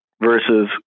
versus